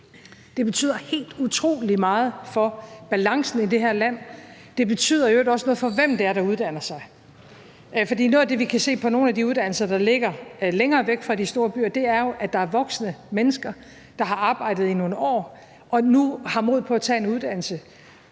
det betyder helt utrolig meget for balancen i det her land, og det betyder i øvrigt også noget for, hvem det er, der uddanner sig. For noget af det, vi kan se på nogle af de uddannelser, der ligger længere væk fra de store byer, er jo, at der er voksne mennesker, der har arbejdet i nogle år, og som nu har mod på at tage en uddannelse,